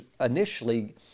initially